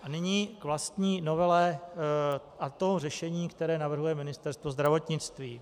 A nyní k vlastní novele a k tomu řešení, které navrhuje Ministerstvo zdravotnictví.